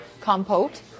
compote